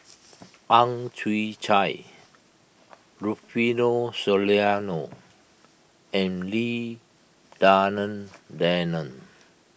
Ang Chwee Chai Rufino Soliano and Lim Denan Denon